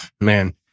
man